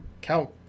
count